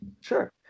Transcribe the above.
Sure